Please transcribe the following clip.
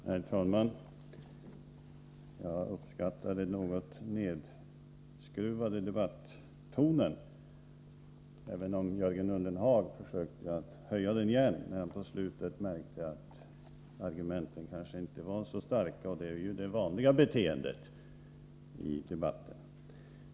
Herr talman! Jag uppskattar den något nedskruvade debattonen, även om Jörgen Ullenhag försökte att höja den igen, när han mot slutet märkte att argumenten kanske inte var så starka. Det är ju det vanliga beteendet i debatterna.